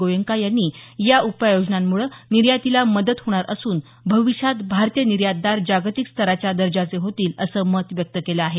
गोएंका यांनी या उपाययोजनांमुळे निर्यातीला मदत होणार असून भविष्यात भारतीय निर्यातदार जागतिक स्तराच्या दर्जाचे होतील असं मत व्यक्त केलं आहे